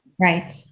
right